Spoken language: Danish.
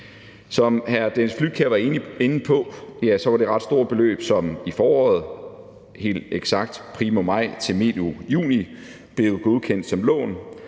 Som hr. Dennis Flydtkjær var inde på, var det et ret stort beløb, som i foråret – helt eksakt primo maj til medio juni – blev godkendt som lån.